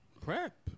Prep